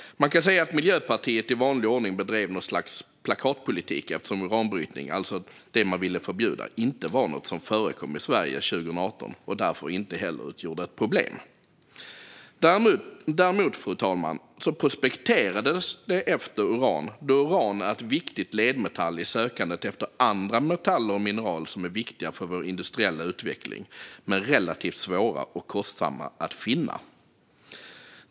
Man kan säga att Miljöpartiet i vanlig ordning bedrev något slags plakatpolitik eftersom uranbrytning, alltså det man ville förbjuda, inte var något som förekom i Sverige 2018 och därför inte heller utgjorde ett problem. Däremot, fru talman, prospekterades det efter uran då uran är en viktig ledmetall i sökandet efter andra metaller och mineral som är viktiga för vår industriella utveckling men relativt svåra, och kostsamma, att finna.